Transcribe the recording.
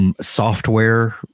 Software